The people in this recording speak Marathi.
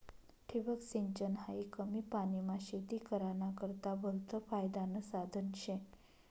ठिबक सिंचन हायी कमी पानीमा शेती कराना करता भलतं फायदानं साधन शे